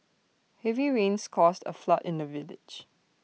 heavy rains caused A flood in the village